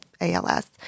ALS